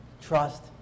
Trust